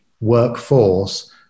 workforce